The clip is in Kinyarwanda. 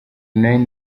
nari